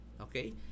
Okay